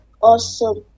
awesome